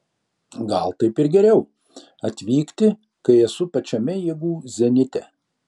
gal taip ir geriau atvykti kai esu pačiame jėgų zenite